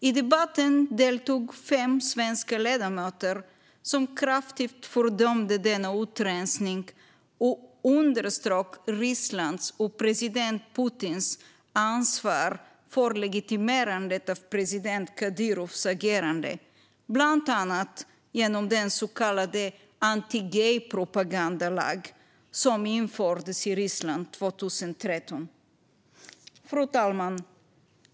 I debatten deltog fem svenska ledamöter som kraftigt fördömde denna utrensning och underströk Rysslands och president Putins ansvar för legitimerandet av president Kadyrovs agerande. Bland annat infördes den så kallade antigaypropagandalagen i Ryssland 2013. Fru talman!